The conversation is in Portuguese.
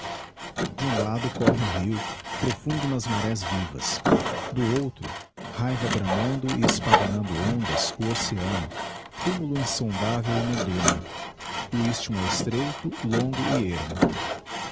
de um lado corre o rio profundo nas marés vivas do outro raiva bramando e espahlanando ondas o oceano tumulo insondável e medonho o isthmo é estreito longo e ermo